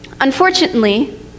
unfortunately